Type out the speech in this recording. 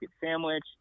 sandwich